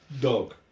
Dog